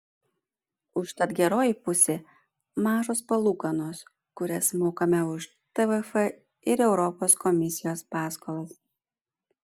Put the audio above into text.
užtat geroji pusė mažos palūkanos kurias mokame už tvf ir europos komisijos paskolas